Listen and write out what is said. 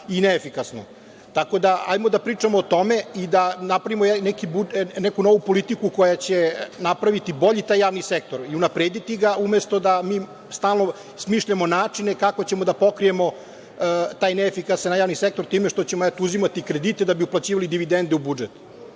i neefikasno. Tako, hajde, da pričamo o tome i da napravimo neku novu politiku koja će napraviti bolji taj javni sektor i unaprediti ga umesto da mi stalno smišljamo načine kako ćemo da pokrijemo taj neefikasan javni sektor time što ćemo uzimati kredite da bi uplaćivali dividende u budžet.